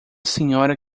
senhora